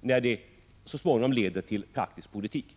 när den så småningom leder till praktisk politik.